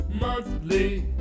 monthly